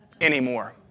anymore